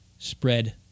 Spread